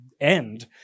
end